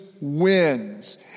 wins